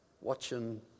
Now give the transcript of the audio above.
watching